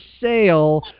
sale